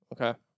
Okay